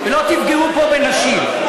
לא תפגעו פה בנשים.